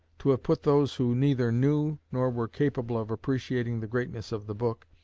to have put those who neither knew nor were capable of appreciating the greatness of the book,